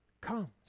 comes